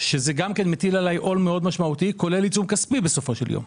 שזה גם כן מטיל עלי עול מאוד משמעותי כולל עיצום כספי בסופו של יום.